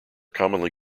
commonly